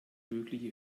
mögliche